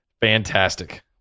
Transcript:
Fantastic